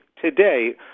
today